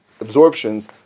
absorptions